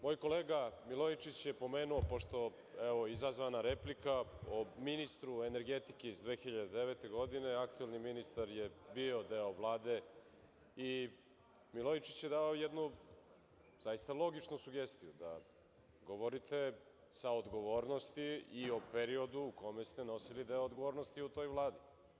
Moj kolega Milojičić je pomenuo, pošto, izazvana replika o ministru energetike iz 2009. godine, aktuelni ministar je bio deo Vlade i Milojičić je dao jednu logičnu sugestiju da govorite sa odgovornosti i o periodu u kome ste nosili deo odgovornosti u toj Vladi.